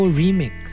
remix